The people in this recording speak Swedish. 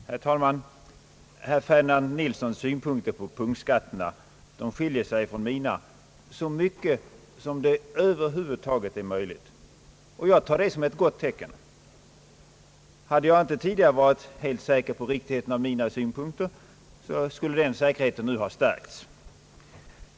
Herr talman! Herr Ferdinand Nilssons syn på punktskatterna skiljer sig från min så mycket som över huvud taget är möjligt. Jag tar detta som ett gott tecken. Om jag inte tidigare varit helt säker på riktigheten av mina synpunkter skulle jag nu haft anledning att känna mig betydligt säkrare.